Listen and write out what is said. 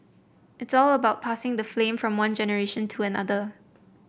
it's all about passing the flame from one generation to another